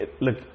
look